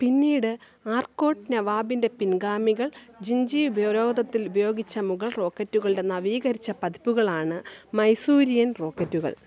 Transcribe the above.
പിന്നീട് ആർക്കോട്ട് നവാബിന്റെ പിൻഗാമികൾ ജിഞ്ചി ഉപരോധത്തിൽ ഉപയോഗിച്ച മുഗൾ റോക്കറ്റുകളുടെ നവീകരിച്ച പതിപ്പുകളാണ് മൈസൂരിയൻ റോക്കറ്റുകൾ